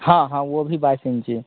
हाँ हाँ वह भी बाईस इंची